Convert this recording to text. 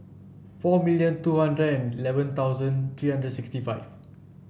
four million two hundred and eleven thousand three hundred sixty five